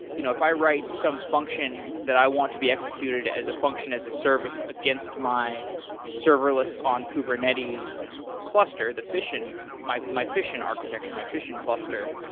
you know if i write some function that i want to be executed as a function as a service against my serverless on kubernetes cluster, the fission, my my fission architecture, my fission cluster,